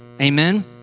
amen